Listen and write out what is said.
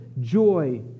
joy